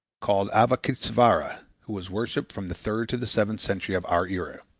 called avalokitesvara, who was worshipped from the third to the seventh century of our era.